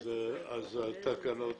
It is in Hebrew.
אז בתקנות